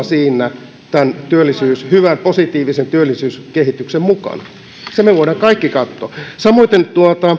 siinä rinnalla hyvän positiivisen työllisyyskehityksen mukana sen me voimme kaikki katsoa samoiten